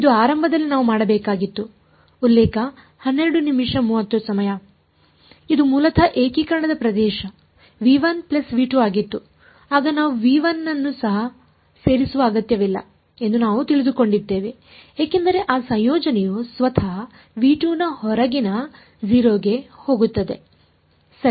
ಇದು ಆರಂಭದಲ್ಲಿ ನಾವು ಮಾಡಬೇಕಾಗಿತ್ತು ಇದು ಮೂಲತಃ ಏಕೀಕರಣದ ಪ್ರದೇಶ ಆಗಿತ್ತು ಆಗ ನಾವು ಅನ್ನು ಸಹ ಸೇರಿಸುವ ಅಗತ್ಯವಿಲ್ಲ ಎಂದು ನಾವು ತಿಳಿದುಕೊಂಡಿದ್ದೇವೆ ಏಕೆಂದರೆ ಆ ಸಂಯೋಜನೆಯು ಸ್ವತಃ ನ ಹೊರಗಿನ 0 ಗೆ ಹೋಗುತ್ತದೆ ಸರಿ